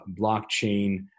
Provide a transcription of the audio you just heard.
blockchain